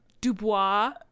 dubois